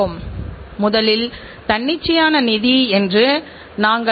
தரம் இரண்டாம் தரமாக பார்க்கப்படும்